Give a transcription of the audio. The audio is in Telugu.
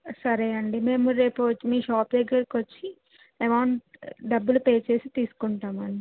సరే అండి మేము రేపు వ మీ షాప్ దగ్గరి కొచ్చి ఎమౌంట్ డబ్బులు పే చేసి తీసుకుంటామండి